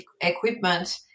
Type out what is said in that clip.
equipment